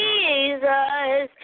Jesus